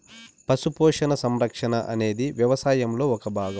పశు పోషణ, సంరక్షణ అనేది వ్యవసాయంలో ఒక భాగం